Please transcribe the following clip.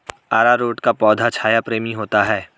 अरारोट का पौधा छाया प्रेमी होता है